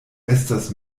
estas